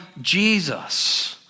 Jesus